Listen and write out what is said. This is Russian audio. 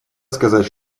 сказать